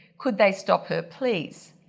could they stop her, please?